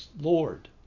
Lord